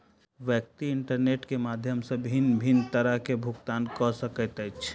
व्यक्ति इंटरनेट के माध्यम सॅ भिन्न भिन्न तरहेँ भुगतान कअ सकैत अछि